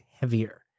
heavier